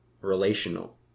relational